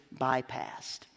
bypassed